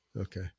Okay